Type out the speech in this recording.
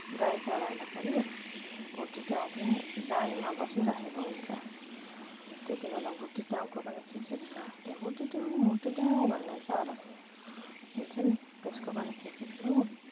गाई चराउँदाखेरि हुटिट्याउँ पनि डालीमा बसिराखेको हुन्छ त्यति बेला हुटिट्याउँको पनि खिचेको छ त्यो हुटिट्याउँ हुटिट्याउँ भन्ने चरा हुन्छ पनि त्यसको पनि खिचेको छु